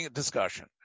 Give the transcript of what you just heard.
discussion